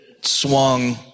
swung